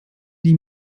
die